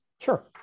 Sure